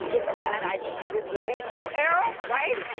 it's a bad idea. this is a me too era right?